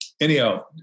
Anyhow